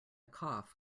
cough